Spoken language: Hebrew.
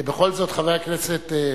בכל זאת, חבר הכנסת,